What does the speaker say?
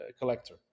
collector